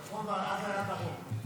צפון, ואז היה דרום.